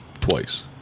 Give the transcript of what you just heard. twice